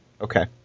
Okay